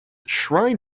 shrine